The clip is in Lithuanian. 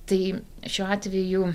tai šiuo atveju